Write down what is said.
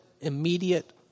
immediate